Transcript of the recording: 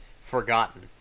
forgotten